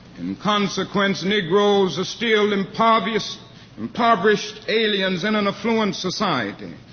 in consequence, negroes are still impoverished impoverished aliens in an affluent society.